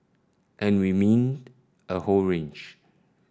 and we mean a whole range